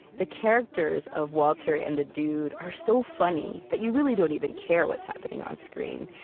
the characters of walter and the dude are so funny that you really don't even care what's happening on screen.